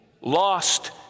lost